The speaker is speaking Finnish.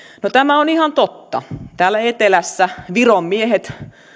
no tämä on ihan totta täällä etelässä viron miehet